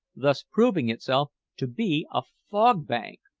thus proving itself to be a fog-bank!